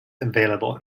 available